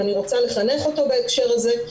אם אני רוצה לחנך אותו בהקשר הזה,